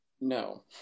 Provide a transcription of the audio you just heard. no